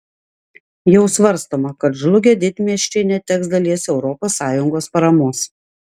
jau svarstoma kad žlugę didmiesčiai neteks dalies europos sąjungos paramos